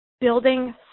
building